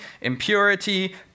impurity